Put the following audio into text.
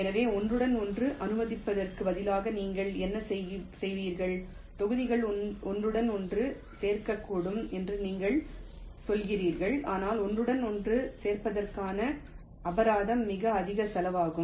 எனவே ஒன்றுடன் ஒன்று அனுமதிப்பதற்கு பதிலாக நீங்கள் என்ன செய்வீர்கள் தொகுதிகள் ஒன்றுடன் ஒன்று சேரக்கூடும் என்று நீங்கள் சொல்கிறீர்கள் ஆனால் ஒன்றுடன் ஒன்று சேர்ப்பதற்கான அபராதம் மிக அதிக செலவாகும்